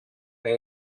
they